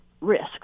risks